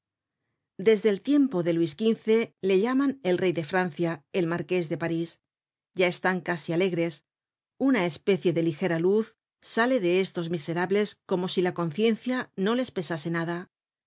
desde el tiempo de luis xv le llaman el rey de francia el marqués de parís ya están casi alegres una especie de ligera luz sale de estos miserables como si la conciencia no les pesase nada